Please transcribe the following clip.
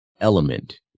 element